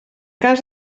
cas